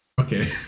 Okay